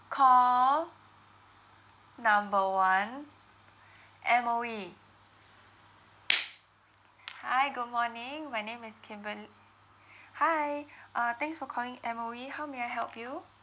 call number one M_O_E hi good morning my name is kimberly hi uh thanks for calling M_O_E how may I help you